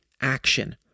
action